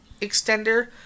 extender